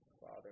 Father